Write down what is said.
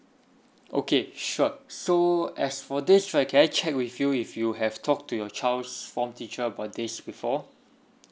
okay sure so as for this right can I check with you if you have talked to your child's form teacher about this before